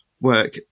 work